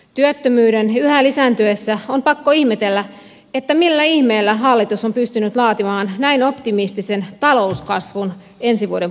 työttömyyden yhä lisääntyessä on pakko ihmetellä millä ihmeellä hallitus on pystynyt laatimaan näin optimistisen talouskasvun ensi vuoden budjettiin